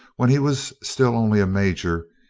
when he was still only a major,